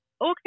Okay